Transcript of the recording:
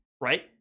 right